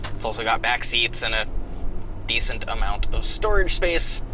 it's also got back seats and a decent amount of storage space